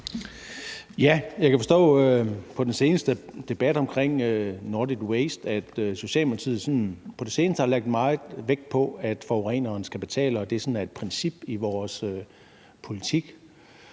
Jeg kan forstå på den seneste debat omkring Nordic Waste, at Socialdemokratiet på det seneste har lagt meget vægt på, at forureneren skal betale, og at det sådan er et princip i deres politik.